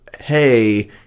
hey